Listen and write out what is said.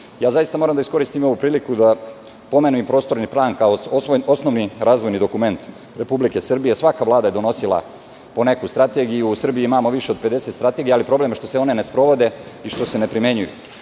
uradi. Zaista moram da iskoristim ovu priliku da pomenem i prostorni plan, kao osnovni razvojni dokument Republike Srbije. Svaka Vlada je donosila po neku strategiju. U Srbiji imamo više od 50 strategija, ali problem je što se one ne sprovode i što se ne primenjuju.